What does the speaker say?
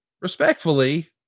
Respectfully